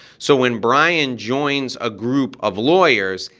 so when brian joins a group of lawyers,